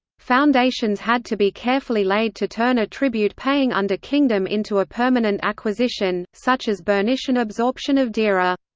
foundations had to be carefully laid to turn a tribute-paying under-kingdom into a permanent acquisition, such as bernician absorption of deira.